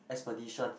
expedition